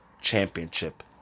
Championship